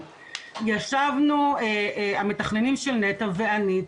ישבנו המתכננים של נת"ע ואני,